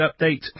update